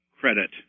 credit